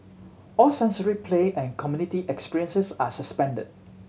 all sensory play and community experiences are suspended